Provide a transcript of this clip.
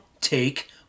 Take